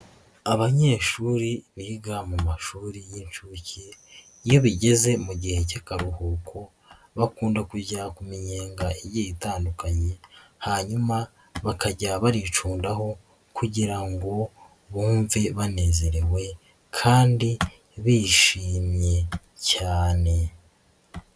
Abanyeshuri biga mu mashuri y'inshuke ,iyo bigeze mu gihe cy'akaruhuko bakunda kujya ku minyega igiye itandukanye, hanyuma bakajya baricundaho kugira ngo bumve banezerewe, kandi bishimye cyane.